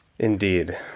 Indeed